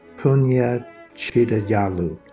punya chittajallu.